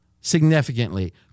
significantly